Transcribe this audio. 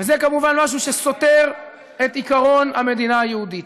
וזה כמובן משהו שסותר את עקרון המדינה היהודית.